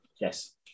Yes